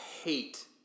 hate